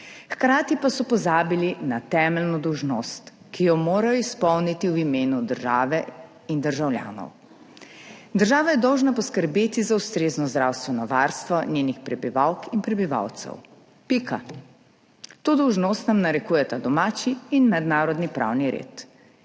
hkrati pa so pozabili na temeljno dolžnost, ki jo morajo izpolniti v imenu države in državljanov. Država je dolžna poskrbeti za ustrezno zdravstveno varstvo njenih prebivalk in prebivalcev. Pika. To dolžnost nam narekujeta domači in mednarodni pravni red.